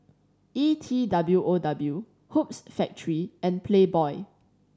E T W O W Hoops Factory and Playboy